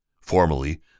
Formally